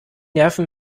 nerven